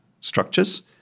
structures